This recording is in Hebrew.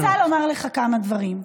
אני רוצה לומר לך כמה דברים.